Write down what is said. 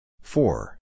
Four